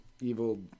evil